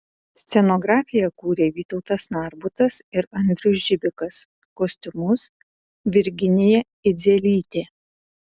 scenografiją kūrė vytautas narbutas ir andrius žibikas kostiumus virginija idzelytė